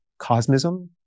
cosmism